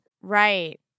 Right